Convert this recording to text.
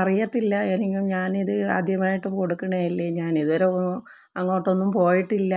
അറിയത്തില്ല എനിക്ക് ഞാനിത് ആദ്യമായിട്ട് കൊടുക്കണതല്ലേ ഞാനിതുവരെ അങ്ങോട്ടൊന്നും പോയിട്ടില്ല